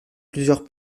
plusieurs